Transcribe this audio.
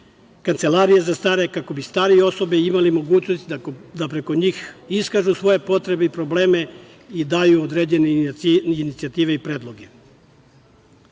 kancelarije za stare, kako bi stare osobe imale mogućnosti da preko njih iskažu svoje potrebe i probleme i daju određene inicijative i